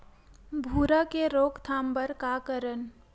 भूरा के रोकथाम बर का करन?